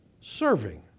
serving